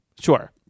Sure